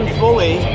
fully